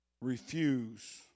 refuse